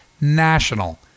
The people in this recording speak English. national